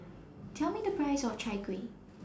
Tell Me The Price of Chai Kueh